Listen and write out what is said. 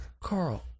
Carl